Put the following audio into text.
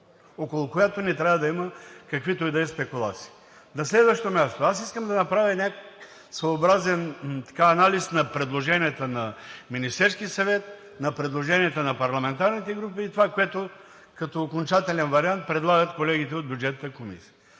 около която не трябва да има каквито и да е спекулации. На следващо място, аз искам да направя своеобразен анализ на предложенията на Министерския съвет, на предложения на парламентарните групи и на това, което като окончателен вариант предлагат колегите от Бюджетната комисия.